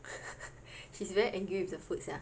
she's very angry with the foods sia